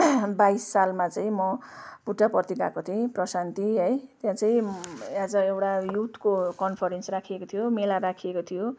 बाइस सालमा चाहिँ म पुट्टपर्थी गाको थिएँ प्रशान्ति है त्यहाँ चाहिँ यहाँ चाहिँ एउटा युथको कन्फरेन्स राखिएको थियो मेला राखिएको थियो